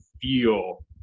feel